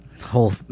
whole